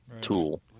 tool